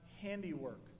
handiwork